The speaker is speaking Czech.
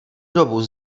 dobou